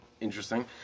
interesting